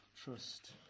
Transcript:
trust